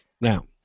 Now